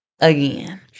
again